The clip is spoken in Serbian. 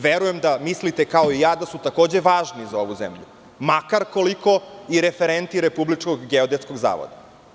Verujem da mislite kao i ja da su takođe važni za ovu zemlju, makar koliko i referenti Republičkog geodetskog zavoda.